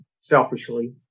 selfishly